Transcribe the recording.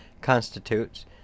constitutes